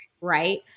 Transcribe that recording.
right